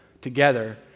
together